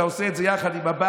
כשאתה עושה את זה יחד עם עבאס,